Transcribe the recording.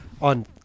on